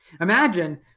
Imagine